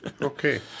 Okay